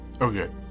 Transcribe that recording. Okay